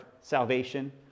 salvation